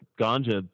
ganja